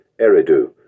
Eridu